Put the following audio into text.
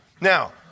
Now